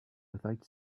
without